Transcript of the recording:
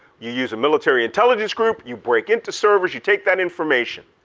you use a military intelligence group, you break into servers, you take that information.